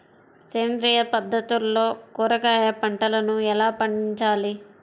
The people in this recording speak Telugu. సేంద్రియ పద్ధతుల్లో కూరగాయ పంటలను ఎలా పండించాలి?